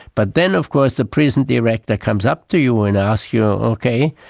but then of course the prison director comes up to you and asks you, ah okay,